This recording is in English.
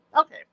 Okay